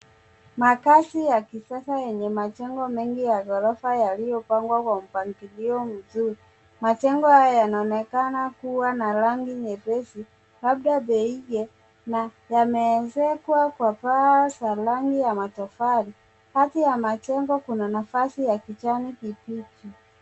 Makazi ya kisasa yenye majengo mengi ya ghorofa yaliyopangwa kwa mpangilio mzuri. Majengo hayo yanaonekana kuwa na rangi nyepesi labda beige na yameezekwa kwa paa za rangi ya matofali. Kati ya majengo kuna nafasi ya kijani kibichi.